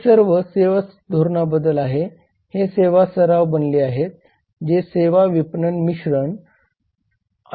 हे सर्व सेवा धोरणाबद्दल आहे हे सेवा सराव बनले आहे जे सेवा विपणन मिश्रण आहे